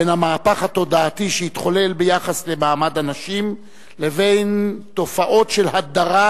בין המהפך התודעתי שהתחולל ביחס למעמד הנשים לבין תופעות של הדרה,